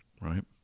Right